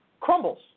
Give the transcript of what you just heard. Crumbles